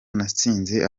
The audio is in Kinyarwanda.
natsinze